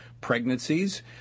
pregnancies